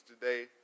today